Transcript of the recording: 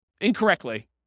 incorrectly